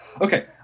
okay